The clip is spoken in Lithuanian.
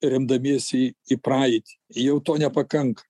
remdamiesi į praeitį jau to nepakanka